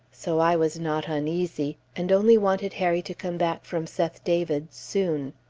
so i was not uneasy, and only wanted harry to come back from seth david's soon.